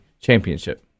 championship